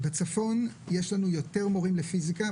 בצפון יש לנו יותר מורים לפיזיקה,